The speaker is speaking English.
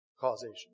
causation